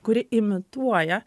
kuri imituoja